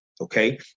Okay